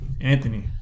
anthony